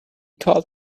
called